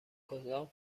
کدام